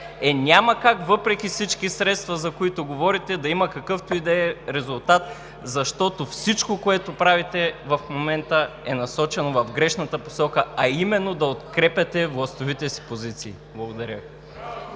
Е няма как, въпреки всички средства, за които говорите, да има какъвто и да е резултат, защото всичко, което правите в момента, е насочено в грешната посока, а именно да укрепяте властовите си позиции. Благодаря.